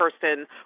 person